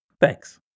thanks